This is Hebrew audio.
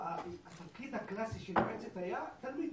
התפקיד הקלאסי של יועצת היה התלמיד,